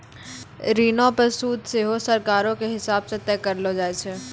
ऋणो पे सूद सेहो सरकारो के हिसाब से तय करलो जाय छै